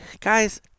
guys